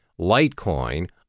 Litecoin